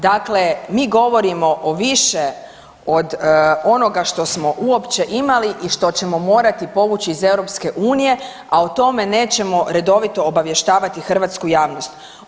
Dakle, mi govorimo o više od onoga što smo uopće imali i što ćemo morati povući iz EU, a o tome nećemo redovito obavještavati hrvatsku javnost.